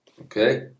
Okay